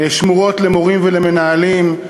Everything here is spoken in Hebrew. שמורות למורים ולמנהלים.